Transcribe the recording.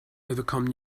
overcome